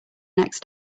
next